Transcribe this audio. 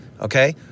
okay